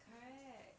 correct